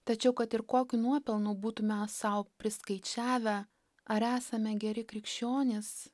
tačiau kad ir kokių nuopelnų būtume sau priskaičiavę ar esame geri krikščionys